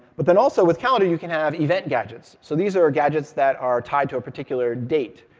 but then also, with calendar, you can have event gadgets. so these are are gadgets that are tied to a particular date,